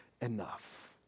enough